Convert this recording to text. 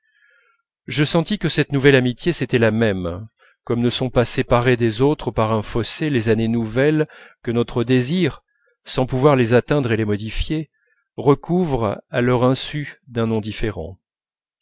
je sentis que cette nouvelle amitié c'était la même comme ne sont pas séparées des autres par un fossé les années nouvelles que notre désir sans pouvoir les atteindre et les modifier recouvre à leur insu d'un nom différent